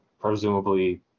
presumably